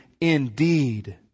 indeed